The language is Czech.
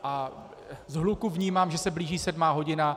Z hluku vnímám, že se blíží sedmá hodina.